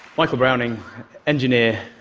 michael browning engineer,